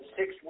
six